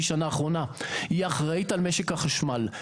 השנה האחרונה והיא אחראית על משק החשמל.